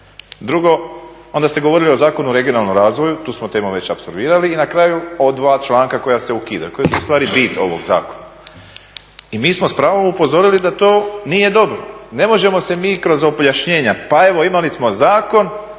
Drugo, onda ste govorili o Zakonu o regionalnom razvoju, tu smo temu već apsolvirali, i na kraju o dva članka koja se ukidaju a koja su ustvari bit ovog zakona. I mi smo s pravom upozorili da to nije dobro. Ne možemo se mi kroz objašnjenja, pa evo imali smo zakon